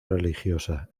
religiosa